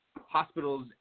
hospitals